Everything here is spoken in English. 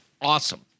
awesome